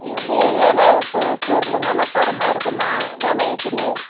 எப்படி வில பொ பொருள் நல்லா தரமாக இருக்குமா வில எப்படி